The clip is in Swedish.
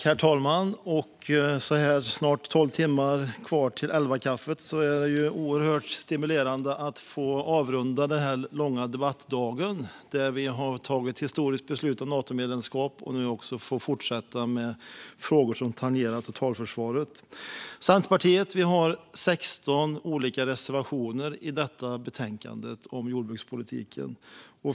Herr talman! Så här med snart tolv timmar kvar till elvakaffet är det oerhört stimulerande att få avrunda denna långa debattdag då vi har tagit ett historiskt beslut om Natomedlemskap och nu också får fortsätta med frågor som tangerar totalförsvaret. Centerpartiet har 16 olika reservationer i detta betänkande om jordbrukspolitiken.